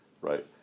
right